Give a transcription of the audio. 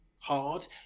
hard